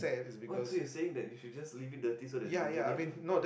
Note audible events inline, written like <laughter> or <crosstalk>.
what so you're saying that we should just leave dirty so that they can clean it <breath>